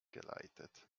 geleitet